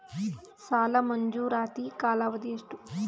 ಸಾಲ ಮಂಜೂರಾತಿ ಕಾಲಾವಧಿ ಎಷ್ಟು?